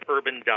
Urban